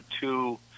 two